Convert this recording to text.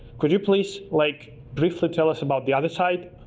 could you please like briefly tell us about the other side?